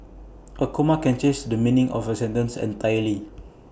A comma can change the meaning of A sentence entirely